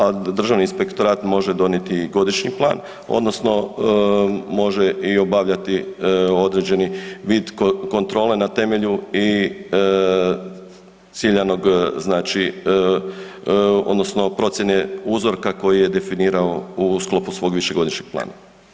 A Državni inspektorat može donijeti godišnji plan odnosno može i obavljati određeni vid kontrole na temelju i ciljanog znači odnosno procjene uzorka koji je definirao u sklopu svog višegodišnjeg plana.